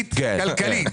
תכנית כלכלית.